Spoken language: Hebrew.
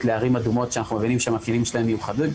לערים אדומות שאנחנו מבינים שהמקרים שלהם מיוחדים.